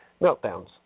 meltdowns